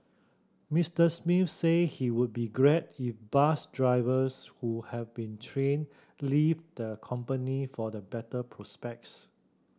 Mister Smith say he would be glad if bus drivers who have been trained leave the company for the better prospects